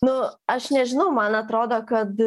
nu aš nežinau man atrodo kad